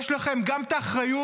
יש לכם גם את האחריות,